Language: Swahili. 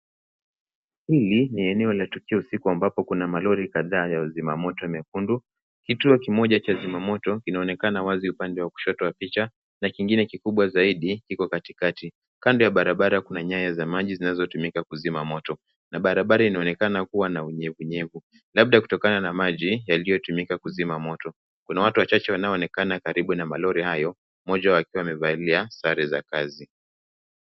Hili ni eneo la tukio la usiku ambapo kuna malori kadhaa ya zimamoto mekundu. Kituo kimoja cha zimamoto kinaonekana wazi kutoka kwa picha na kingine kikubwa zaidi kiko katika . Kando ya barabara kuna za maji zinazotumika kuzima moto na barabara inaonekana kuwa na unyevunyevu, labda kutokana na maji yaliyotumika kuzima moto. Kuna watu wachache wanaoonekana karibu na malori hayo, mmoja wao akiwa amevalia sare za kazi.